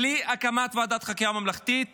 בלי הקמת ועדת חקירה ממלכתית